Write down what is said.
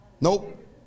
Nope